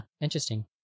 interesting